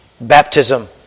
baptism